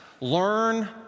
learn